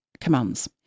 commands